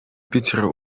питера